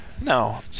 No